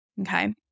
Okay